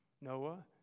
Noah